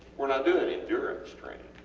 were not doing endurance training,